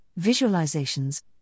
visualizations